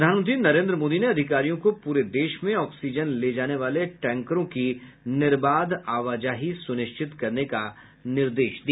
प्रधानमंत्री नरेंद्र मोदी ने अधिकारियों को पूरे देश में ऑक्सीजन ले जाने वाले टैंकरों की निर्बाध आवाजाही सुनिश्चित करने का निर्देश दिया